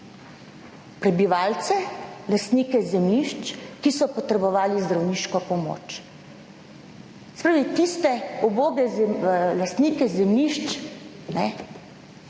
prebivalce, lastnike zemljišč, ki so potrebovali zdravniško pomoč. Se pravi tiste uboge lastnike zemljišč, ki